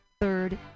Third